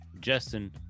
Justin